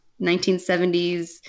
1970s